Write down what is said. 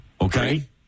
Okay